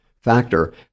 factor